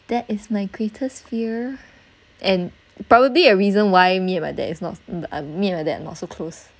that is my greatest fear and probably a reason why me and my dad is not uh me and my dad are not so close